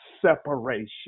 Separation